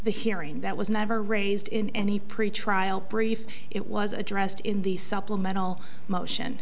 the hearing that was never raised in any pretrial brief it was addressed in the supplemental motion